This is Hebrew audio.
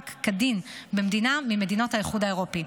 כדין במדינה ממדינות האיחוד האירופי.